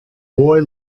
boy